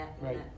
Right